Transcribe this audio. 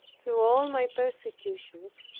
through all my persecutions,